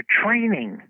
training